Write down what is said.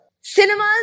cinemas